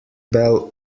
bell